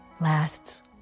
lasts